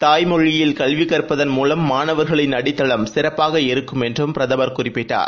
தாய்மொழியில் கல்வி கற்பதன் மூலம் மாணவர்களின் அடித்தளம் சிறப்பாக இருக்கும் என்றும் பிரதமர் குறிப்பிட்டார்